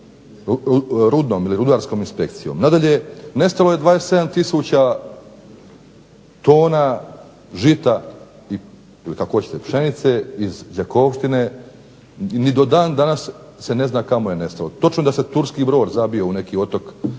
rudnom ili rudarskom inspekcijom. Nadalje, nestalo je 27 tisuća tona žita ili kako hoćete pšenice iz Đakovštine. Ni do dan danas se ne zna kamo je nestalo. Točno da se turski brod zabio u neki otok